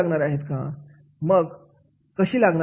मग कोणते कशी लागणार आहेत